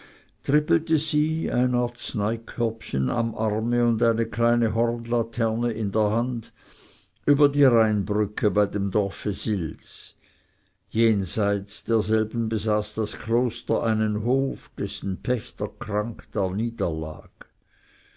trippelte sie ein arzneikörbchen am arme und eine kleine hornlaterne in der hand über die rheinbrücke bei dem dorfe sils jenseits derselben besaß das kloster einen hof dessen pächter krank daniederlag